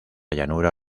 llanura